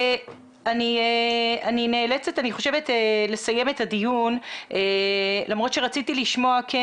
אני נאלצת לסיים את הדיון למרות שרציתי לשמוע כן